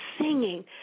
singing